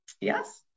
yes